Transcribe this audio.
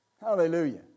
Hallelujah